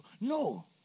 No